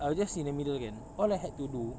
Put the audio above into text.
I will just in the middle again all I had to do